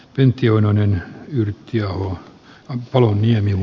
pentti oinonen jyrki aho on paloniemi ja